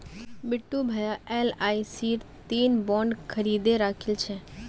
बिट्टू भाया एलआईसीर तीन बॉन्ड खरीदे राखिल छ